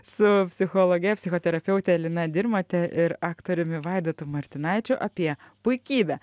su psichologe psichoterapeute lina dirmote aktoriumi vaidotu martinaičiu apie puikybę